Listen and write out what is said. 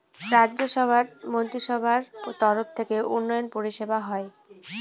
রাজ্য সভার মন্ত্রীসভার তরফ থেকে উন্নয়ন পরিষেবা হয়